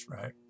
right